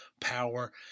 power